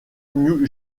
new